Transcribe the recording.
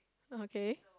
okay